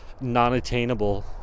non-attainable